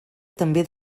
també